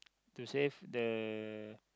to save the